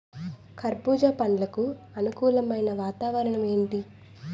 కర్బుజ పండ్లకు అనుకూలమైన వాతావరణం ఏంటి?